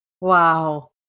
Wow